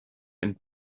and